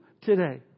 today